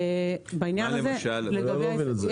אני לא מבין את זה.